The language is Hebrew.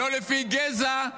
לא לפי גזע,